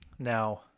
Now